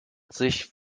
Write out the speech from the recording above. sich